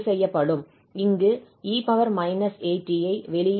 இங்கு 𝑒−𝑎𝑡 ஐ வெளியே எடுக்கலாம்